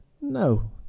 No